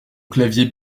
clavier